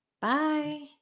Bye